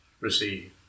receive